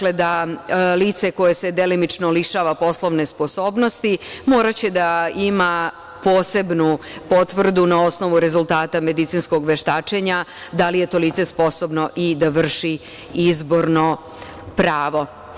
Lice koje se delimično lišava poslovne sposobnosti će morati da ima posebnu potvrdu na osnovu rezultata medicinskog veštačenja da li je to lice sposobno da vrši izborno pravo.